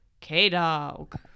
k-dog